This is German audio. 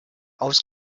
aus